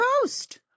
Post